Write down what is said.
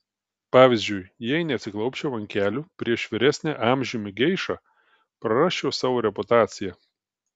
pavyzdžiui jei neatsiklaupčiau ant kelių prieš vyresnę amžiumi geišą prarasčiau savo reputaciją